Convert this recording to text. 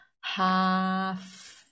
Half